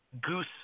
goose